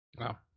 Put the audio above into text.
Wow